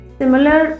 similar